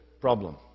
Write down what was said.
problem